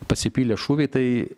pasipylė šūviai tai